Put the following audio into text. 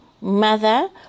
mother